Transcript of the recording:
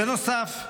בנוסף,